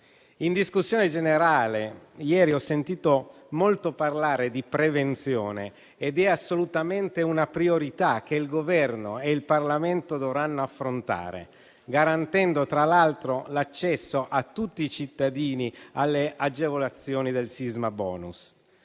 In discussione generale, ieri ho sentito molto parlare di prevenzione ed è assolutamente una priorità che il Governo e il Parlamento dovranno affrontare, garantendo tra l'altro l'accesso a tutti i cittadini alle agevolazioni del sisma *bonus.*